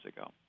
ago